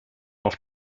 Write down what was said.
auf